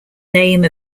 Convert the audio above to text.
name